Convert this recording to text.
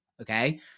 Okay